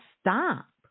stop